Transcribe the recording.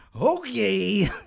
Okay